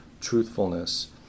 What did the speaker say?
truthfulness